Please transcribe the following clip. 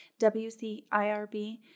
WCIRB